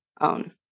own